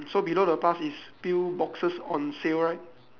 so below the pass is pill boxes on sale right